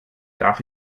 darf